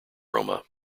roma